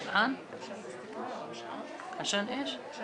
בשעה 11:00.